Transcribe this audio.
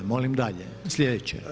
Molim dalje, sljedeće.